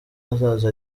azaza